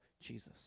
Jesus